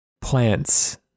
plants